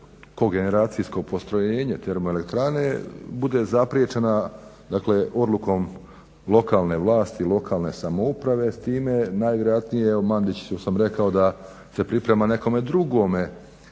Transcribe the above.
kogeneracijsko postrojenje, termoelektrane, bude zapriječena dakle odlukom lokalne vlasti, lokalne samouprave s time najvjerojatnije evo Mandiću sam rekao da se priprema nekome drugome